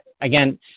again